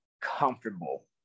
comfortable